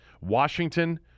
Washington